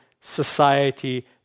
society